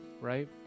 right